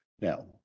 Now